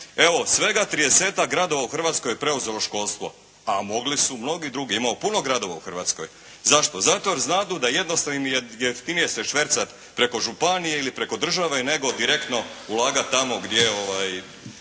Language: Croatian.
svega 30-ak gradova u Hrvatskoj je preuzelo školstvo, a mogli su mnogi drugi, imamo puno gradova u Hrvatskoj. Zašto? Zato jer znadu da jednostavno im je jeftinije se švercati preko županije ili preko države ili direktno ulagati tamo gdje bi